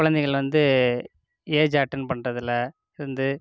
குழந்தைகள் வந்து age attain பண்ணுறதுல இருந்து